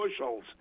bushels